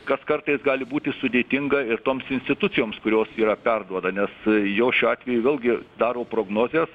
kas kartais gali būti sudėtinga ir toms institucijoms kurios yra perduoda nes jos šiuo atveju vėlgi daro prognozes